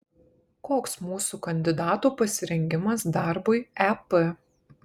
koks mūsų kandidatų pasirengimas darbui ep